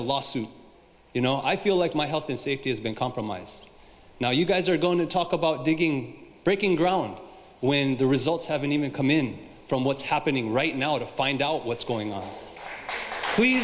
a lawsuit you know i feel like my health and safety has been compromised now you guys are going to talk about digging breaking ground when the results haven't even come in from what's happening right now to find out what's going on